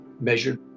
measured